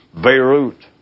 Beirut